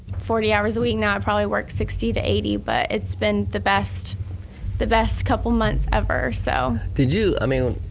forty hours a week, now i probably work sixty to eighty but it's been the best the best couple months ever. so when you i mean